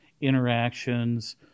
interactions